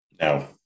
No